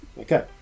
Okay